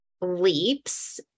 leaps